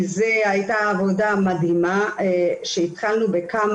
כי זו הייתה עבודה מדהימה שהתחלנו בכמה